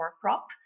crop